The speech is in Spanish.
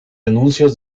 anuncios